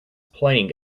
playing